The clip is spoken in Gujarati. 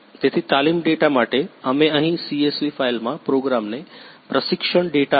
તેથી તાલીમ ડેટા માટે અમે અહીં CSV ફાઇલમાં પ્રોગ્રામને પ્રશિક્ષણ ડેટા આપ્યો છે જે તમે અહીં જોઈ શકો છો